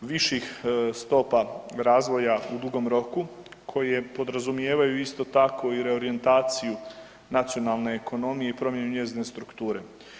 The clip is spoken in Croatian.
viših stopa razvoja u dugom roku koje podrazumijevaju isto tako i reorijentaciju nacionalne ekonomije i promjene njezine strukture.